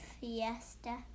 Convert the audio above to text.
fiesta